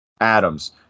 Adams